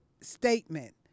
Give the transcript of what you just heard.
statement